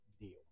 deal